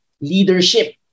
leadership